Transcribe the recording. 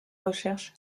recherche